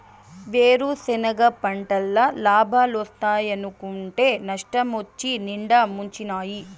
వేరుసెనగ పంటల్ల లాబాలోస్తాయనుకుంటే నష్టమొచ్చి నిండా ముంచినాయి